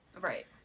right